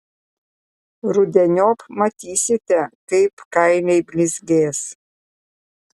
rudeniop matysite kaip kailiai blizgės